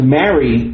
marry